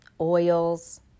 oils